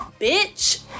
bitch